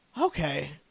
okay